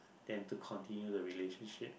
than to continue the relationship